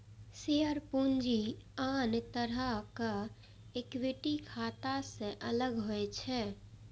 share पूंजी आन तरहक इक्विटी खाता सं अलग होइ छै